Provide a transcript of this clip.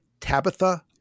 Tabitha